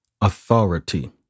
authority